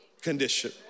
condition